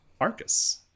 Arcus